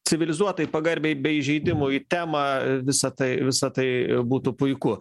civilizuotai pagarbiai be įžeidimų į temą visa tai visa tai būtų puiku